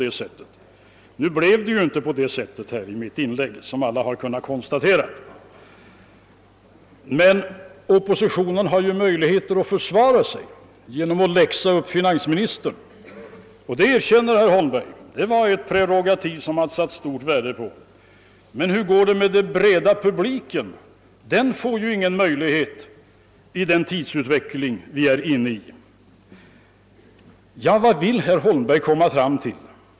Men nu blev det inte så, vilket alla har kunnat konstatera av mitt inlägg. Och oppositionen har ju möjligheter att försvara sig genom att läxa upp finansministern. Herr Holmberg erkände också att det är ett prerogativ som han sätter stort värde på. Men den breda publiken får ingen möjlighet till detta, med den utveckling vi nu är inne i, menade herr Holmberg. Vad vill herr Holmberg komma fram till?